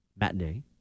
matinee